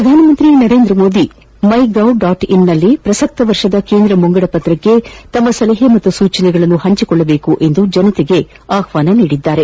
ಪ್ರಧಾನಮಂತ್ರಿ Narendra Modi my gov dot in ನಲ್ಲಿ ಪ್ರಸಕ್ತ ವರ್ಷದ ಕೇಂದ್ರ ಬಜೆಟ್ಗೆ ತಮ್ಮ ಸಲಹೆ ಮತ್ತು ಸೂಚನೆಗಳನ್ನು ಹಂಚಿಕೊಳ್ಳುವಂತೆ ಜನತೆಗೆ ಆಹ್ವಾನ ನೀಡಿದ್ದಾರೆ